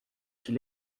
qu’il